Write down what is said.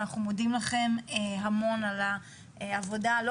ואנחנו מודים לכם המון על העבודה הלא